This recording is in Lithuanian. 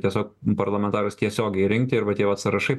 tiesiog parlamentarus tiesiogiai rinkti ir vat tie vat sąrašai